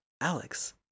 alex